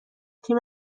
تیم